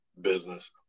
business